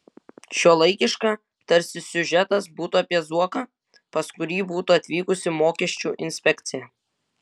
šiuolaikiška tarsi siužetas būtų apie zuoką pas kurį būtų atvykusi mokesčių inspekcija